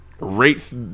rates